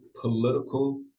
political